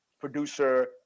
producer